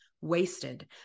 wasted